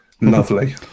lovely